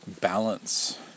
balance